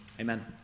Amen